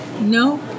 No